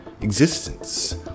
existence